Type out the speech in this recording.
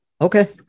Okay